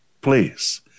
please